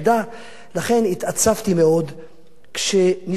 לכן התעצבתי מאוד כשניסו לפנות אותם.